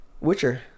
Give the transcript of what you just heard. Witcher